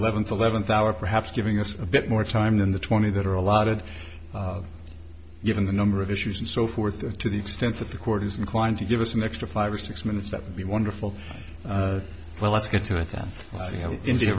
eleventh eleventh hour perhaps giving us a bit more time than the twenty that are allotted given the number of issues and so forth to the extent that the court is inclined to give us an extra five or six minutes that would be wonderful well let's get to that